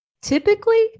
Typically